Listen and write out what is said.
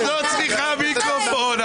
את לא צריכה מיקרופון,